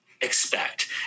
expect